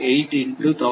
8 into 1500 0